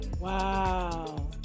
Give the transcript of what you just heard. Wow